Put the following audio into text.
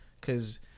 Cause